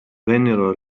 vennero